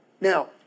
Now